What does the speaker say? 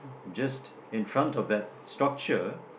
just in front of that structure